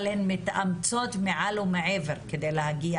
אבל הן מתאמצות מעל ומעבר כדי להגיע